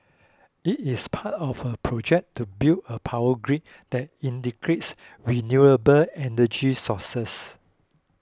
it is part of a project to build a power grid that integrates renewable energy sources